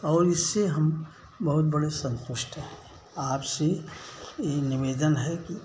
और इससे हम बहुत बड़े संतुष्ट हैं आप से ये निवेदन है कि